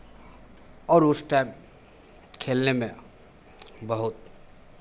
और उस टाइम खेलने में बहुत